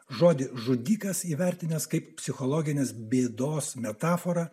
žodį žudikas įvertinęs kaip psichologinės bėdos metaforą